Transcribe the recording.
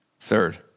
Third